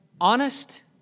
honest